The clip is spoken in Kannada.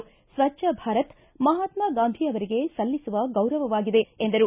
ಸ್ವಜ್ಞ ಭಾರತ ಮಹಾತ್ಮಗಾಂಧಿ ಅವರಿಗೆ ಸಲ್ಲಿಸುವ ಗೌರವವಾಗಿದೆ ಎಂದರು